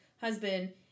husband